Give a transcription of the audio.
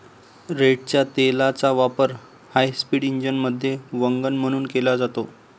रेडच्या तेलाचा वापर हायस्पीड इंजिनमध्ये वंगण म्हणून केला जातो